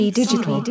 digital